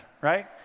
right